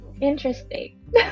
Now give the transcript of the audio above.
Interesting